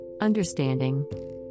understanding